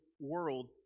world